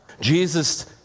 Jesus